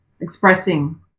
expressing